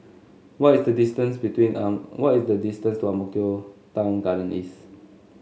what is the distance between on what is the distance to Ang Mo Kio Town Garden East